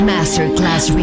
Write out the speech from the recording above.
Masterclass